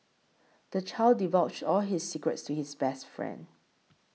the child divulged all his secrets to his best friend